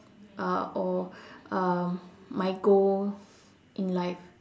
uh or um my goal in life